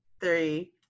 three